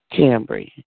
Cambry